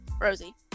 Rosie